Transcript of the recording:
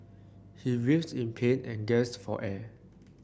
he writhed in pain and gasped for air